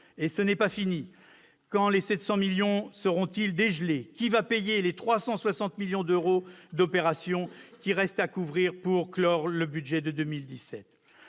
Et ce n'est pas fini ! Quand les 700 millions d'euros restant seront-ils dégelés ? Qui va payer les 360 millions d'euros d'opérations restant à couvrir pour clore le budget de 2017 ?